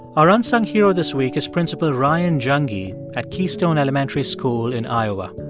our unsung hero this week is principal ryan junge yeah at keystone elementary school in iowa.